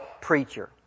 preacher